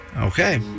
Okay